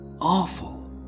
Awful